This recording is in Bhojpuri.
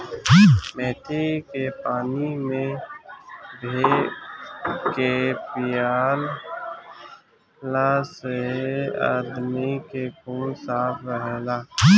मेथी के पानी में भे के पियला से आदमी के खून साफ़ रहेला